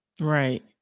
Right